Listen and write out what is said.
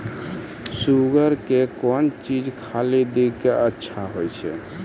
Sugar के कौन चीज खाली दी कि अच्छा हुए?